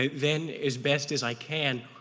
then, as best as i can,